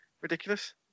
Ridiculous